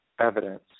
evidence